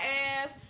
ass